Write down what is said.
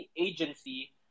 agency